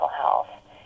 health